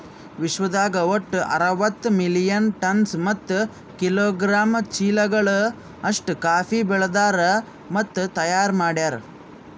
ವಿಶ್ವದಾಗ್ ಒಟ್ಟು ಅರವತ್ತು ಮಿಲಿಯನ್ ಟನ್ಸ್ ಮತ್ತ ಕಿಲೋಗ್ರಾಮ್ ಚೀಲಗಳು ಅಷ್ಟು ಕಾಫಿ ಬೆಳದಾರ್ ಮತ್ತ ತೈಯಾರ್ ಮಾಡ್ಯಾರ